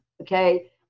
okay